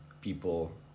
people